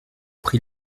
pris